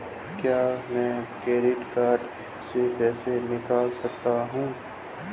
क्या मैं credit card से पैसे निकाल सकता हूँ?